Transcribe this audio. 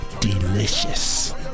delicious